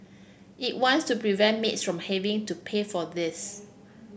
it wants to prevent maids from having to pay for this